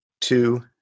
two